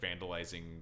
vandalizing